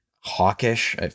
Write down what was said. hawkish